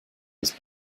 was